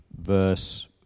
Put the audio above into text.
verse